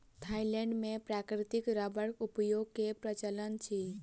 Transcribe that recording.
Thailand मे प्राकृतिक रबड़क उत्पादन के प्रचलन अछि